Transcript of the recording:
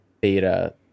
beta